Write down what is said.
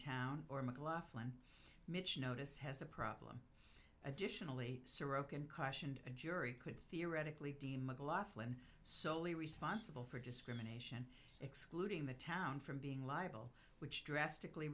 town or mclaughlin mich notice has a problem additionally sirocco and cautioned a jury could theoretically deem mcglothlin solely responsible for discrimination excluding the town from being liable which drastically